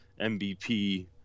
MVP